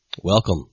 Welcome